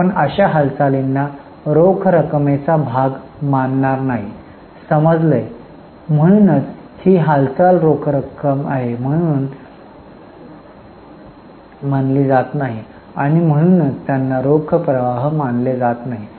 तर आपण अशा हालचालींना रोख रकमेचा भाग मानणार नाही समजले म्हणूनच ही हालचाल रोख आहे म्हणून मानली जात नाही आणि म्हणूनच त्यांना रोख प्रवाह मानल जात नाही